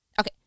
Okay